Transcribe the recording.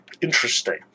interesting